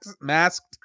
masked